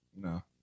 No